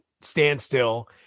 standstill